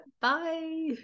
Bye